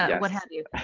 what have you.